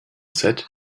said